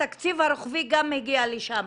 התקציב הרוחבי גם הגיע לשם,